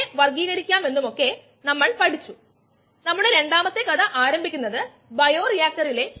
penicillin G penicillin acylase വഴി 6 APA ആയിട്ട് മാറ്റുന്നു 6 APA വ്യാപകമായി ഉപയോഗിക്കുന്നു